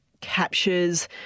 captures